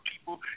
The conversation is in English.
people